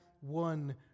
One